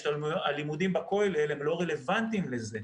הלימודים בכולל לא רלוונטיים לזה.